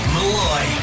Malloy